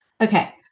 Okay